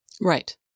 Right